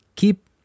Keep